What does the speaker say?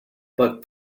but